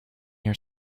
your